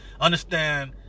understand